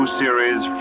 series